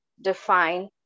define